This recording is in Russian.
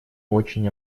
очень